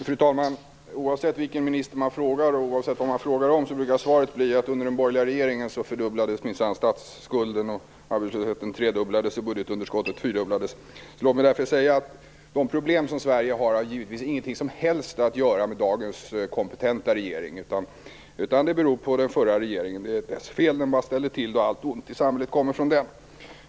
Fru talman! Oavsett vilken minister man frågar och oavsett vad man frågar om brukar svaret bli att under den borgerliga regeringen fördubblades minsann statsskulden, arbetslösheten tredubblades och budgetunderskottet fyrdubblades. Låt mig därför säga att de problem som Sverige har givetvis inte har något som helst att göra med dagens kompetenta regering, utan de beror på den förra regeringen. Det är dess fel, och allt ont i samhället kommer från den.